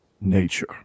nature